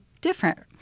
different